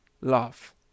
love